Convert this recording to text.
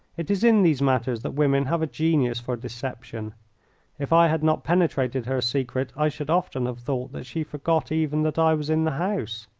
it is in these matters that women have a genius for deception if i had not penetrated her secret i should often have thought that she forgot even that i was in the house.